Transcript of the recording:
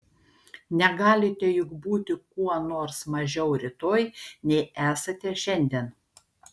negalite juk būti kuo nors mažiau rytoj nei esate šiandien